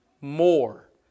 more